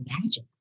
magic